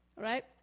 right